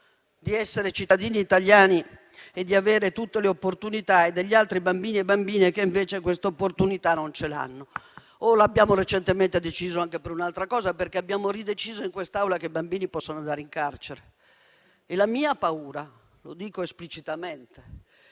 di essere cittadini italiani e di avere tutte le opportunità e altri bambini e bambine che invece queste opportunità non le hanno. Lo abbiamo recentemente deciso anche in un'altra situazione, perché abbiamo deciso in quest'Aula che i bambini possono andare in carcere e la mia paura - lo dico esplicitamente